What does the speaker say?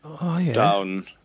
down